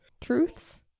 truths